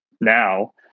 now